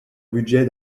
budget